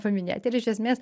paminėt ir iš esmės